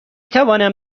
توانم